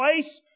place